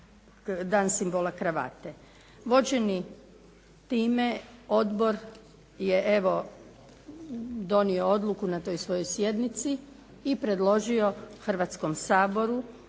dan simbola kravate. Vođeni time odbor je evo donio odluku na toj svojoj sjednici i predložio Hrvatskom saboru